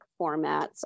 formats